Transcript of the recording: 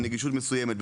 בנגישות מסוימת,